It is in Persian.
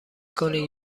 کنید